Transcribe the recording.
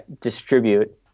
distribute